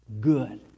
good